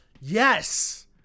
Yes